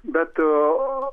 bet a